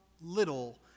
little